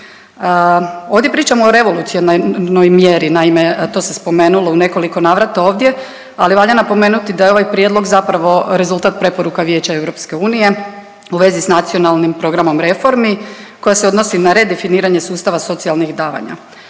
Ovdje pričamo o revolucionarnoj mjeri, naime to se spomenulo u nekoliko navrata ovdje, ali valja napomenuti da je ovaj prijedlog zapravo rezultat preporuka Vijeća EU u vezi s Nacionalnim programom reformi koja se odnosi na redefiniranje sustava socijalnih davanja.